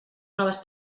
noves